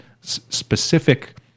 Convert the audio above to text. specific